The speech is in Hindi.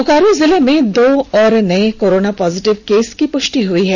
बोकारो जिलों में दो और नए कोरोना पॉजिटिव केस की पुष्टि हुई है